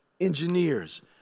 engineers